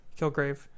Kilgrave